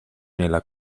nella